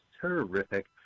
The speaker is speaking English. terrific